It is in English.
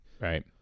Right